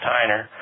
Tyner